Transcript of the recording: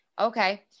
Okay